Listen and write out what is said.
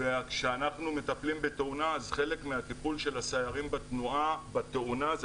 כשאנחנו מטפלים בתאונה אז חלק מהטיפול של הסיירים בתאונה זה